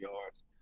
yards